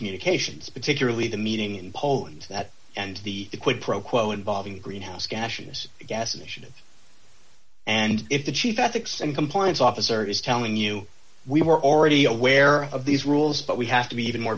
communications particularly the meeting in poland that and the quick pro quo involving greenhouse gases gas emissions and if the chief ethics and compliance officer is telling you we were already aware of these rules but we have to be even more